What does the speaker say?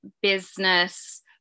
business